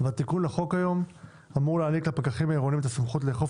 התיקון לחוק היום אמור להעניק לפקחים עירוניים את הסמכות לאכוף